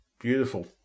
beautiful